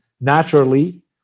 naturally